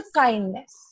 kindness